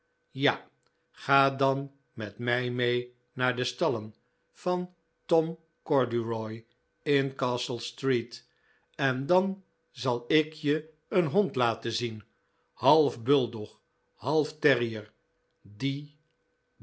ja ga dan met mij mee naar de stallen van tom corduroy in castle street en dan zal ik je een hond laten zien half bulldog half terrier die